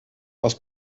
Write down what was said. aus